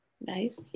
Nice